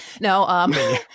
No